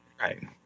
Right